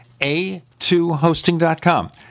A2hosting.com